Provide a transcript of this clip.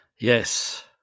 Yes